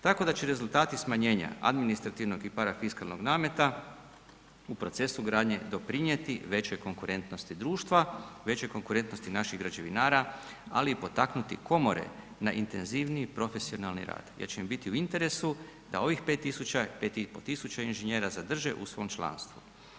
Tako da će rezultati smanjenja administrativnog i parafiskalnog nameta u procesu gradnje doprinijeti većoj konkurentnosti društva, većoj konkurentnosti naših građevinara ali i potaknuti komore na intenzivniji profesionalni rad jer će im biti u interesu da ovih 5.000, 5.500 inženjera zadrže u svom članstvu.